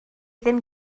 ddim